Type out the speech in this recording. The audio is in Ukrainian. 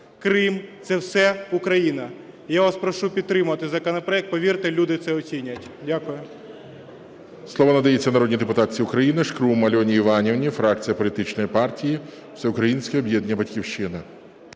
Крим – це все Україна. Я вас прошу підтримати законопроект. Повірте, люди це оцінять. Дякую.